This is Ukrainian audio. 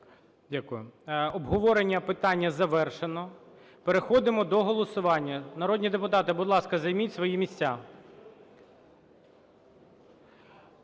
Дякую. Обговорення питання завершено. Переходимо до голосування. Народні депутати, будь ласка, займіть свої місця.